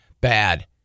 Bad